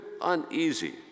uneasy